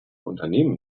unternehmen